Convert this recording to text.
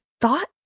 thought